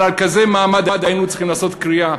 אבל על כזה מעמד היינו צריכים לעשות קריעה.